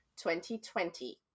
2020